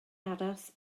aros